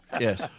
yes